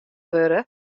wurde